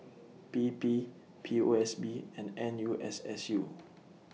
P P P O S B and N U S S U